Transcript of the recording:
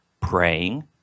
praying